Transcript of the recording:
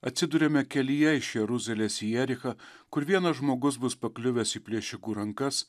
atsiduriame kelyje iš jeruzalės į jerichą kur vienas žmogus bus pakliuvęs į plėšikų rankas